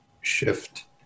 shift